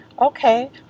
Okay